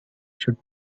should